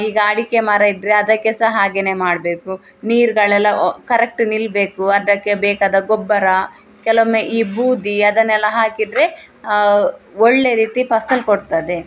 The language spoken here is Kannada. ಈಗ ಅಡಿಕೆ ಮರ ಇದ್ದರೆ ಅದಕ್ಕೆ ಸಹ ಹಾಗೆನೇ ಮಾಡಬೇಕು ನೀರ್ಗಳೆಲ್ಲ ಕರೆಕ್ಟ್ ನಿಲ್ಲಬೇಕು ಅದಕ್ಕೆ ಬೇಕಾದ ಗೊಬ್ಬರ ಕೆಲವೊಮ್ಮೆ ಈ ಬೂದಿ ಅದನ್ನೆಲ್ಲ ಹಾಕಿದರೆ ಒಳ್ಳೆಯ ರೀತಿ ಫಸಲು ಕೊಡ್ತದೆ